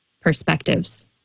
perspectives